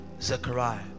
Zechariah